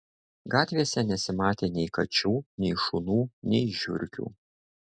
gatvėse nesimatė nei kačių nei šunų nei žiurkių